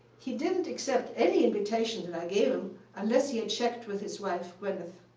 he didn't accept any invitation that i gave him unless he had checked with his wife, gweneth.